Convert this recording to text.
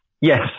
yes